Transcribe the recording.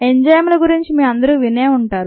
ఎంజైముల గురించి మీ అందరూ వినే ఉంటారు